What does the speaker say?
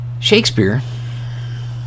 Shakespeare